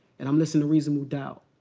and i'm listening to reasonable doubt.